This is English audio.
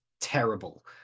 terrible